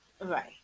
Right